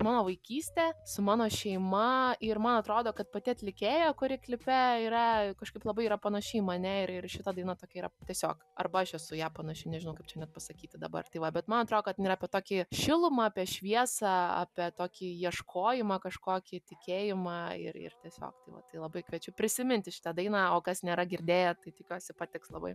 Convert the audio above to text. mano vaikystw su mano šeima ir man atrodo kad pati atlikėja kuri klipe yra kažkaip labai yra panaši į mane ir ir šita daina tokia yra tiesiog arba aš esu į ją panaši nežinau kaip čia net pasakyti dabar tai va bet man atrodo kad jin yra tokį šilumą apie šviesą apie tokį ieškojimą kažkokį tikėjimą ir ir tiesiog tai va tai labai kviečiu prisiminti šitą dainą o kas nėra girdėję tai tikiuosi patiks labai